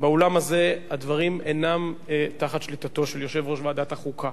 באולם הזה הדברים אינם תחת שליטתו של יושב-ראש ועדת החוקה,